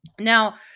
Now